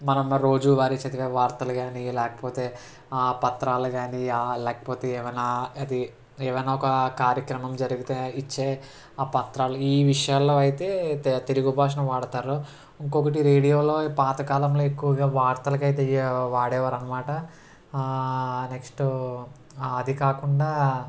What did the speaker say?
మనము రోజువారి చదివే వార్తలు కానీ లేకపోతే పత్రాలు కానీ లేకపోతే ఏవైనా అది ఏవైనా ఒక కార్యక్రమం జరిగితే ఇచ్చే ఆ పత్రాలు ఈ విషయాల్లో అయితే తెలు తెలుగు భాషను వాడతారు ఇంకొకటి రేడియోలో పాతకాలంలో ఎక్కువగా వార్తలకి అయితే వాడేవారు అన్నమాట నెక్స్ట్ అది కాకుండా